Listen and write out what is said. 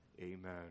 amen